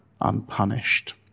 unpunished